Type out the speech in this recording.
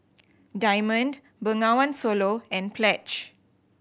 Diamond Bengawan Solo and Pledge